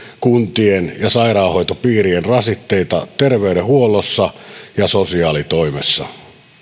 kuntien ja sairaanhoitopii rien rasitteita terveydenhuollossa ja sosiaalitoimessa